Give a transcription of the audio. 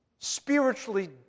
Spiritually